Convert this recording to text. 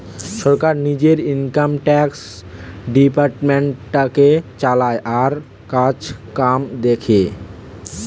সরকার নিজে income tax ডিপার্টমেন্টটাকে চালায় আর কাজকাম দেখে